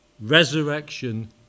resurrection